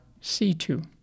C2